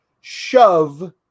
shove